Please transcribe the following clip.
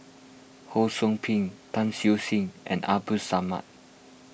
Ho Sou Ping Tan Siew Sin and Abdul Samad